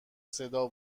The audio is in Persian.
صدا